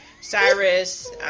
Cyrus